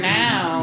now